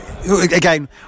Again